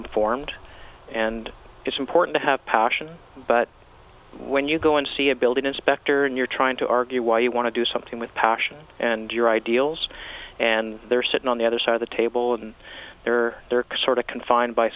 informed and it's important to have passion but when you go and see a building inspector and you're trying to argue why you want to do something with passion and your ideals and they're sitting on the other side of the table and they're sort of confined by